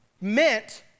meant